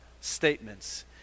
statements